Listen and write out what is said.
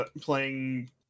playing